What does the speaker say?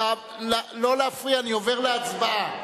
לא להפריע, אני עובר להצבעה.